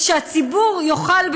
והציבור יוכל,